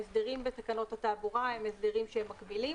ההסדרים בתקנות התעבורה הם הסדרים שהם מקבילים